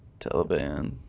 Taliban